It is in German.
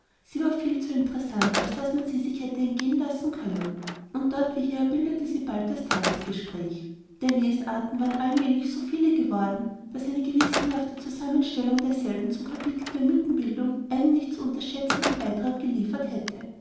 sie war viel zu interessant als daß man sie sich hätte entgehen lassen können und dort wie hier bildete sie bald das tagesgespräch der lesarten waren allmählich so viele geworden daß eine gewissenhafte zusammenstellung derselben zum kapitel der mythenbildung einen nicht zu unterschätzenden beitrag geliefert hätte